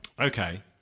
okay